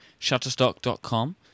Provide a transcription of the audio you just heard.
shutterstock.com